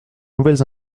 nouvelles